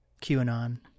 QAnon